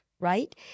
right